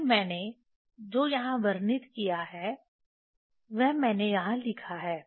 फिर मैंने जो यहां वर्णित किया है वह मैंने यहां लिखा है